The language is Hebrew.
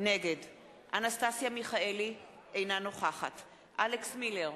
נגד אנסטסיה מיכאלי, אינה נוכחת אלכס מילר,